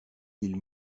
ils